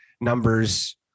numbers